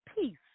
peace